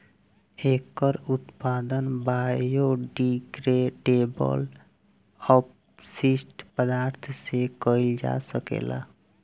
एकर उत्पादन बायोडिग्रेडेबल अपशिष्ट पदार्थ से कईल जा सकेला